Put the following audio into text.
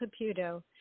Caputo